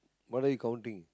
what are you counting